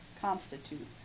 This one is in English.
constitute